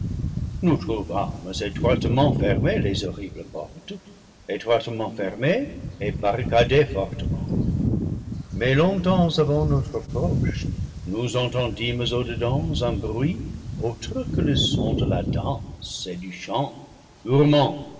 obéissance nous trouvâmes étroitement fermées les horribles portes étroitement fermées et barricadées fortement mais longtemps avant notre approche nous entendîmes au dedans un bruit autre que le son de la danse et du chant